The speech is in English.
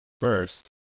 First